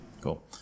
Cool